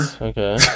okay